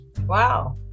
Wow